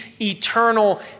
eternal